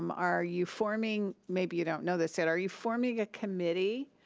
um are you forming, maybe you don't know this yet, are you forming a committee,